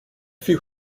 few